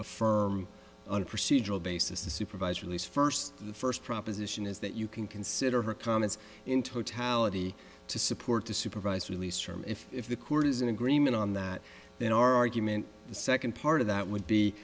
a procedural basis the supervised release first the first proposition is that you can consider her comments in totality to support the supervised release form if if the court is in agreement on that then our argument the second part of that would be